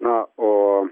na o